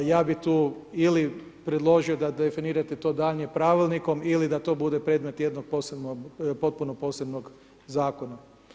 Ja bih tu ili predložio da definirate to daljnje pravilnikom ili da to bude predmet jednog potpuno posebnog zakona.